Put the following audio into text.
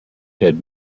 had